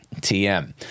TM